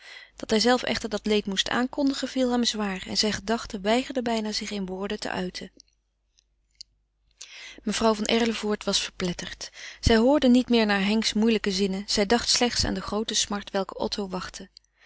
dat hijzelve echter dat leed moest aankondigen viel hem zwaar en zijn gedachten weigerden bijna zich in woorden te uiten mevrouw van erlevoort was verpletterd zij hoorde niet meer naar henks moeilijke zinnen zij dacht slechts aan de groote smart welke otto wachtte